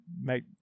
make